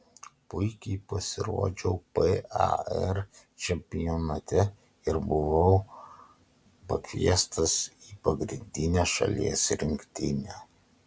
puikiai pasirodžiau par čempionate ir buvau pakviestas į pagrindinę šalies rinktinę